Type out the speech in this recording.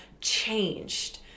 changed